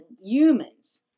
Humans